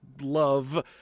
love